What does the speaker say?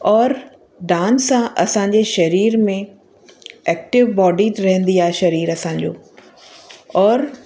और डांस आहे असांजे सरीर में एक्टिव बॉडी रहंदी आहे सरीरु असांजो और